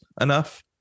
enough